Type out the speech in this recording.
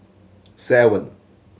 seven